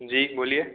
जी बोलिए